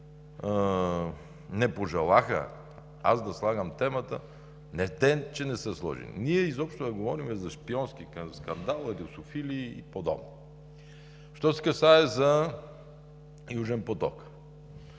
не пожелаха аз да слагам темата, не, че те не са сложили, ние изобщо не говорим за шпионски скандал, русофили и подобни. Що се касае за Южен поток,